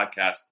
podcast